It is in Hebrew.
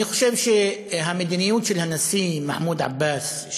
אני חושב שהמדיניות של הנשיא מחמוד עבאס,